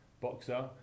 boxer